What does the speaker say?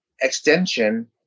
extension